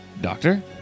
Doctor